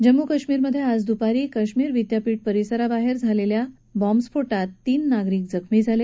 जम्मू कश्मीरमधे आज दुपारी कश्मीर विद्यापीठ परिसराबाहेर झालेल्या बॉम्बस्फोटात तीन नागरिक जखमी झाले